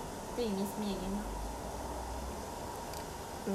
but you want me to go so fast meh later you miss me again how